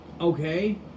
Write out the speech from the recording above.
okay